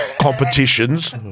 Competitions